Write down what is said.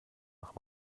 nach